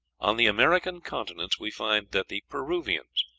on the american continents we find that the peruvians,